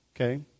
okay